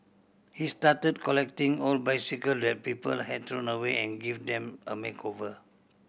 he started collecting old bicycle that people had thrown away and give them a makeover